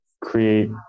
create